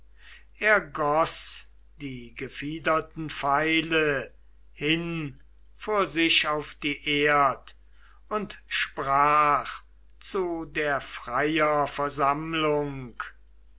er goß die gefiederten pfeile hin vor sich auf die erd und sprach zu der freier